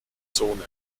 zone